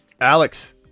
Alex